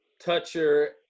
toucher